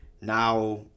Now